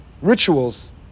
rituals